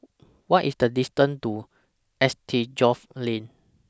What IS The distance to S T Geoff Lane